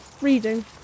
reading